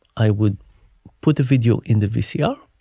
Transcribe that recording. i would put the video in the vcr